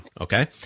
Okay